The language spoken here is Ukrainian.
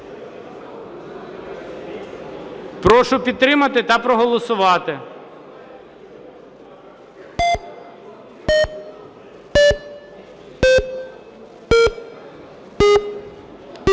Прошу підтримати та проголосувати.